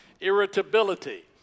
Irritability